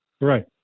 Right